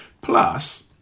Plus